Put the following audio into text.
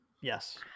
Yes